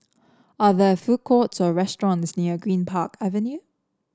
are there food courts or restaurants near Greenpark Avenue